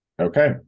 Okay